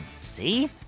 see